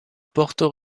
porto